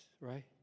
right